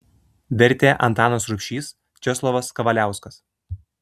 vertė antanas rubšys česlovas kavaliauskas